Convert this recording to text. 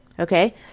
Okay